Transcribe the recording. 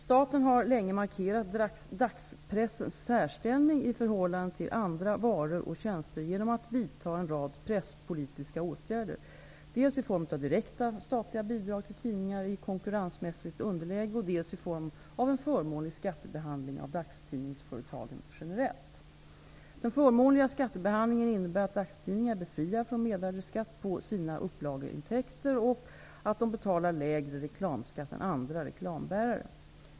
Staten har länge markerat dagspressens särställning i förhållande till andra varor och tjänster genom att vidta en rad presspolitiska åtgärder -- dels i form av direkta statliga bidrag till tidningar i konkurrensmässigt underläge, dels i form av en förmånlig skattebehandling av dagstidningsföretagen generellt. Den förmånliga skattebehandlingen innebär att dagstidningarna är befriade från mervärdesskatt på sina upplageintäkter och att de betalar lägre reklamskatt än andra reklambärare.